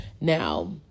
Now